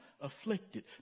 afflicted